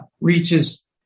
reaches